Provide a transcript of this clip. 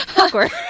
Awkward